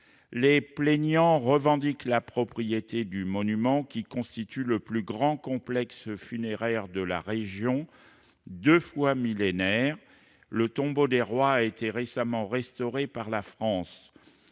Les plaignants revendiquent la propriété du monument, qui constitue le plus grand complexe funéraire de la région. Deux fois millénaire, le Tombeau des rois a été récemment restauré par la France.